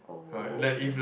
oh okay